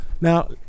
now